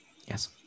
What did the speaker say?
Yes